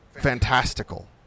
fantastical